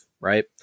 right